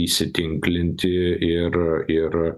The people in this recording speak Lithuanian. įsitinklinti ir ir